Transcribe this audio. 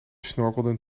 snorkelden